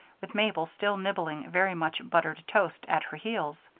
with mabel, still nibbling very-much-buttered toast, at her heels.